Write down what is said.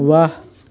वाह